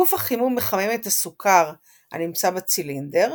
גוף החימום מחמם את הסוכר הנמצא בצילנדר,